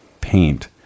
paint